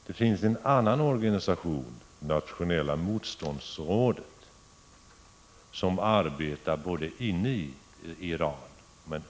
Det finns en annan organisation, Nationella Motståndsrådet, som arbetar både inne i och utanför Iran.